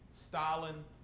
Stalin